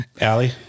Allie